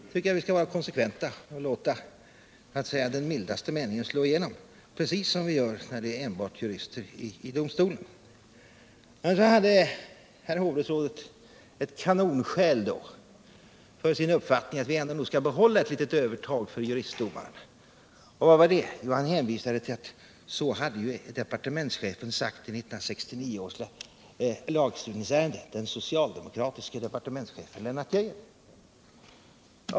Jag tycker att vi skall vara konsekventa och låta den mildaste meningen slå igenom, precis som vi gör när det sitter enbart jurister i domstolen. Men så hade herr hovrättsrådet ett kanonskäl för sin uppfattning att vi ändå bör behålla ett litet övertag för juristdomarna! Han hänvisar nämligen till vad den socialdemokratiske departementschefen Lennart Geijer hade sagt i lagstiftningsärendet 1969.